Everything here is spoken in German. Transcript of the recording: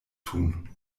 tun